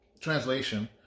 translation